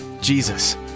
Jesus